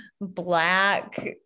black